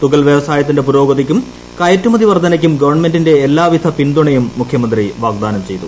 തുകൽ വ്യവസായത്തിന്റെ പുരോഗതിയ്ക്കും കയറ്റുമതി വർദ്ധനയ്ക്കും ഗവൺമെന്റിന്റെ എല്ലാവിധ പിന്തുണയും മുഖ്യമന്ത്രി വാഗ്ദാനം ചെയ്തു